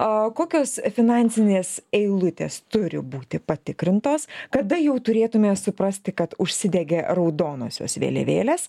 o kokios finansinės eilutės turi būti patikrintos kada jau turėtumėme suprasti kad užsidegė raudonosios vėliavėlės